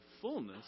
fullness